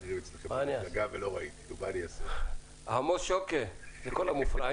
חלק עיקרי מזה הוא באמצעות שיחות טלפון.